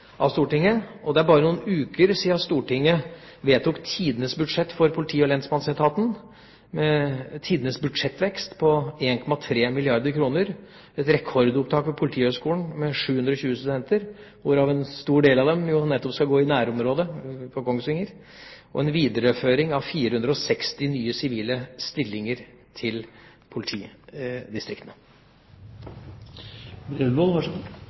av Stortinget. Det er bare noen uker siden Stortinget vedtok tidenes budsjett for politi- og lensmannsetaten, med tidenes budsjettvekst på 1,3 milliarder kr, et rekordopptak ved Politihøgskolen med 720 studenter – hvorav en stor del nettopp skal gå i nærområdet, på Kongsvinger – og en videreføring av 460 nye sivile stillinger til